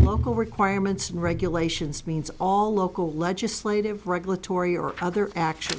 local requirements and regulations means all local legislative regulatory or other action